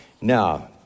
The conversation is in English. Now